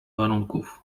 warunków